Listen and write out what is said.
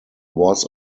was